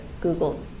Google